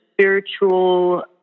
spiritual